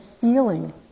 feeling